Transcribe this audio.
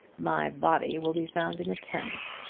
my body will be found in the thames.